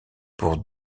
pour